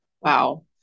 Wow